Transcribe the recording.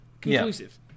conclusive